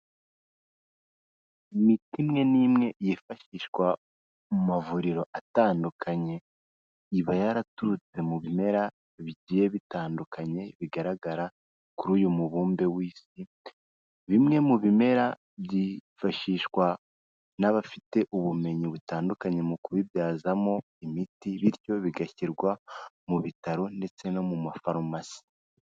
Imiti imwe n'imwe yifashishwa mu mavuriro atandukanye, iba yaraturutse mu bimera bigiye bitandukanye bigaragara kuri uyu mubumbe wisi, bimwe mu bimera byifashishwa n'abafite ubumenyi butandukanye mu kubibyazamo imiti bityo bigashyirwa mu bitaro ndetse no mu mafarumasi.